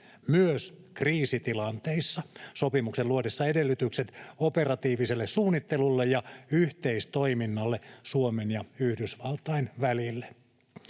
myös kriisitilanteissa, sopimuksen luodessa edellytykset operatiiviselle suunnittelulle ja yhteistoiminnalle Suomen ja Yhdysvaltain välille.